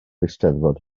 eisteddfod